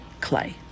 clay